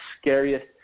scariest